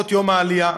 פחות יום העלייה.